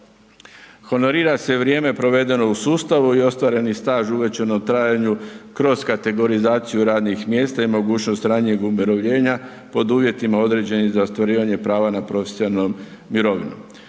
Honorira se vrijeme provedeno u sustavu i ostvareni staž uvećan u trajanju kroz kategorizaciju radnih mjesta i mogućnost ranijeg umirovljenja pod uvjetima određenim za ostvarivanje prava na profesionalnu mirovinu.